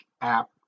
app